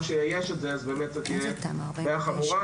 לאייש את זה אז זו באמת תהיה בעיה חמורה.